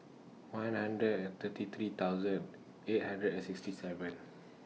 one hundred and thirty three thousand eight hundred and sixty seven